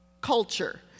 culture